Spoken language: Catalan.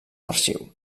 arxiu